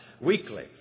Weekly